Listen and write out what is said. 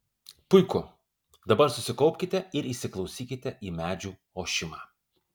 puiku dabar susikaupkite ir įsiklausykite į medžių ošimą